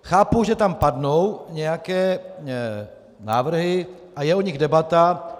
Chápu, že tam padnou nějaké návrhy a je o nich debata.